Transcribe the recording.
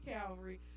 Calvary